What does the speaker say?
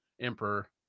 emperor